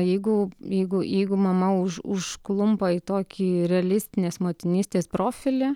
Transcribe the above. jeigu jeigu jeigu mama už užklumpa į tokį realistinės motinystės profilį